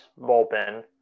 bullpen